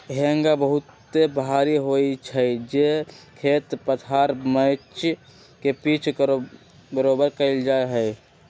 हेंगा बहुते भारी होइ छइ जे खेत पथार मैच के पिच बरोबर कएल जाइ छइ